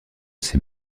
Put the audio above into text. ses